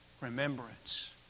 remembrance